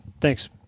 Thanks